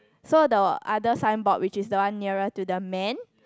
so the other signboard which is the one nearer to the man